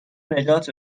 نجات